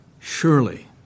Surely